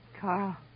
Carl